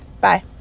Bye